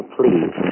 please